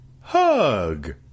Hug